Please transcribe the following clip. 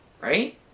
Right